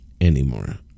anymore